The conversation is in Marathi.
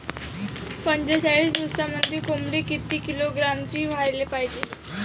पंचेचाळीस दिवसामंदी कोंबडी किती किलोग्रॅमची व्हायले पाहीजे?